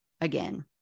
again